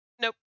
Nope